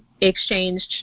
exchanged